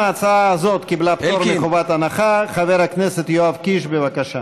ההצעה הזו תועבר לוועדת העבודה, הרווחה והבריאות.